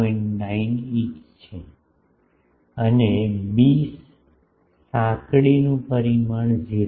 9 inch છે અને B સાંકડીનું પરિમાણ 0